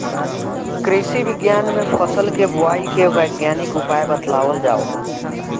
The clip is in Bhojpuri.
कृषि विज्ञान में फसल के बोआई के वैज्ञानिक उपाय बतावल जाला